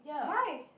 why